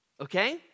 Okay